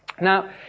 Now